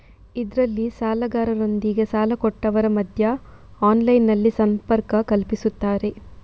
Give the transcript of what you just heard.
ಇದ್ರಲ್ಲಿ ಸಾಲಗಾರರೊಂದಿಗೆ ಸಾಲ ಕೊಟ್ಟವರ ಮಧ್ಯ ಆನ್ಲೈನಿನಲ್ಲಿ ಸಂಪರ್ಕ ಕಲ್ಪಿಸ್ತಾರೆ